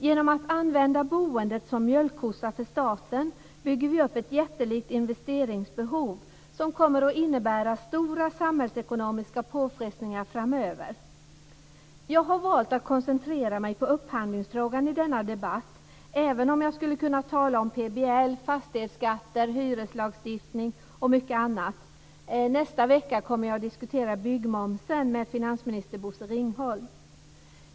Genom att använda boendet som mjölkkossa för staten bygger vi upp ett jättelikt investeringsbehov som kommer att innebära stora samhällsekonomiska påfrestningar framöver. Jag har valt att i denna debatt koncentrera mig på upphandlingsfrågan, även om jag också skulle kunna tala om PBL, fastighetsskatter, hyreslagstiftning och mycket annat. Nästa vecka kommer jag att diskutera byggmomsen med finansminister Bosse Ringholm.